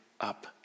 up